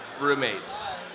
roommates